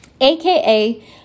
AKA